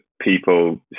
people